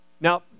Now